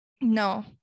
No